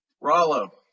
Rollo